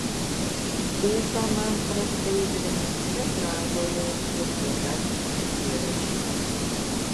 ūpą man praskaidrina petražolė ir juodasis pipiras